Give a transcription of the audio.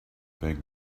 back